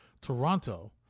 Toronto